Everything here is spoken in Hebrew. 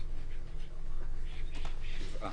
שבעה.